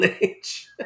age